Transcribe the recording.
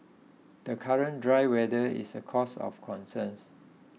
the current dry weather is a cause of concerns